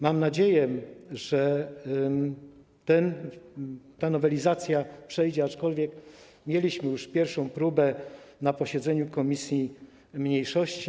Mam nadzieję, że ta nowelizacja przejdzie, aczkolwiek mieliśmy już pierwszą próbę na posiedzeniu komisji mniejszości.